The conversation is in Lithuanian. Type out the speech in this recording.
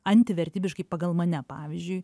antivertybiškai pagal mane pavyzdžiui